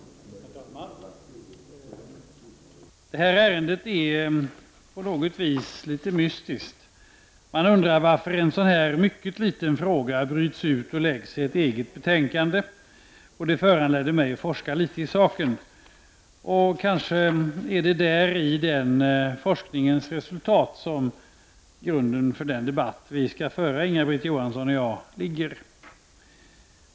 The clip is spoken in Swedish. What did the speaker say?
Herr talman! Detta ärende är på något vis litet mystiskt. Man undrar varför en sådan här mycket liten fråga bryts ut och behandlas i ett eget betänkande. Det föranledde mig att forska litet i saken. Kanske är det i den forskningens resultat som grunden ligger till den debatt som Inga-Britt Johansson och jag skall föra.